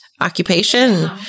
occupation